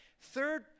third